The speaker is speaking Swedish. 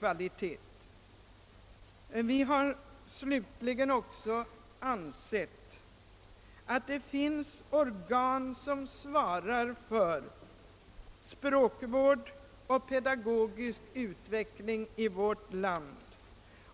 betydelse. Det finns organ, som svarar för språkvård och pedagogisk utveckling i vårt land.